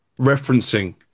referencing